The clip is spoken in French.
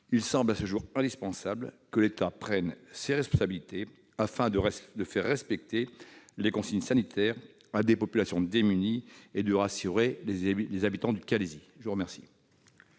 Il semble indispensable que l'État prenne ses responsabilités afin de faire respecter les consignes sanitaires à des populations démunies et de rassurer les habitants du Calaisis. L'amendement